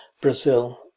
Brazil